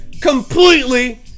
completely